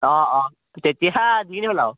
অঁ অঁ তেতিয়া দি পেলাওঁ